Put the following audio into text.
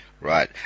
Right